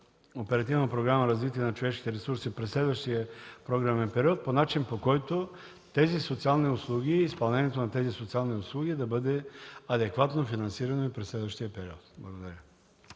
Оперативна програма „Развитие на човешките ресурси” през следващия програмен период по начин, по който тези социални услуги и изпълнението им да бъде адекватно финансирано и през следващия период. Благодаря.